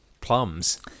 plums